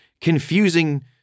confusing